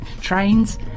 trains